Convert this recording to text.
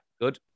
Good